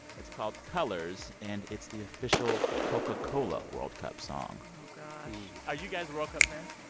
it's called colors, and it's the official coca-cola world cup song oh, gosh are you guys world cup fans?